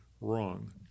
wrong